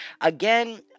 Again